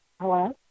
Hello